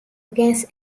against